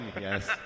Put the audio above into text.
Yes